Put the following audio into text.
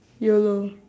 YOLO